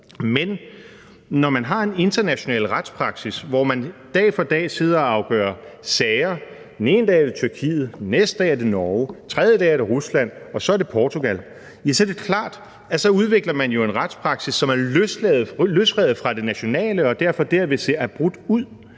men når man har en international retspraksis, hvor man dag for dag sidder og afgør sager – den ene dag er det Tyrkiet, den næste dag er det Norge, den tredje dag er det Rusland, og så er det Portugal – er det jo klart, at man så udvikler en retspraksis, som er løsrevet fra det nationale og derfor vil se abrupt ud,